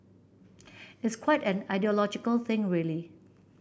it's quite an ideological thing really